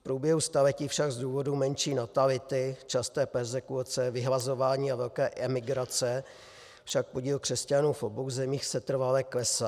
V průběhu staletí však z důvodu menší natality, časté perzekuce, vyhlazování a velké emigrace podíl křesťanů v obou zemích setrvale klesá.